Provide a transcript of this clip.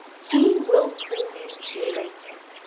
he will call you later.